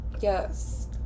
Yes